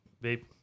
babe